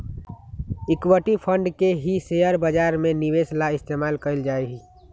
equity fund के ही share बाजार में निवेश ला इस्तेमाल कइल जाहई